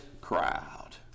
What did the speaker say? crowd